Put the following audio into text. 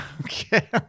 okay